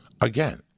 again